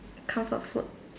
comfort food